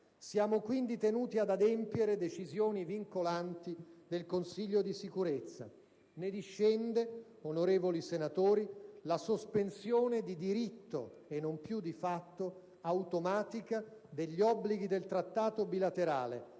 Siamo quindi tenuti ad adempiere decisioni vincolanti del Consiglio di sicurezza. Ne discende, onorevoli senatori, la sospensione, di diritto e non più di fatto, automatica degli obblighi del Trattato bilaterale,